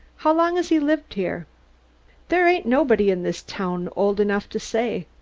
how long has he lived here there ain't nobody in this town old enough to say.